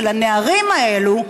של הנערים האלה,